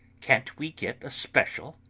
can't we get a special?